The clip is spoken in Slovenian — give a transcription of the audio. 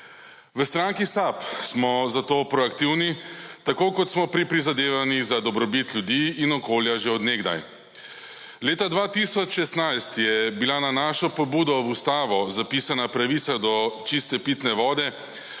V stranki SAB smo zato proaktivni, tako kot smo pri prizadevanjih za dobrobit ljudi in okolja že od nekdaj. Leta 2016 je bila na našo pobudo v ustavo zapisana pravica do čiste pitne vode,